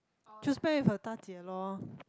to spend with her da jie lor